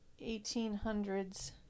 1800s